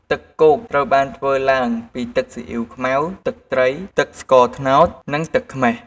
ទឹកគោកត្រូវបានធ្វើឡើងពី ទឹកស៊ីអ៊ុីវខ្មៅ ទឹកត្រី ទឹកស្ករត្នោត និងទឹកខ្មេះ។